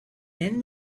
then